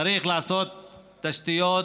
צריך לעשות תשתיות,